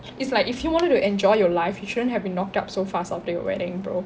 it's like if you wanted to enjoy your life you shouldn't have been locked up so fast after your wedding bro